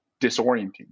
disorienting